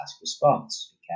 response